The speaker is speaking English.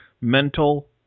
mental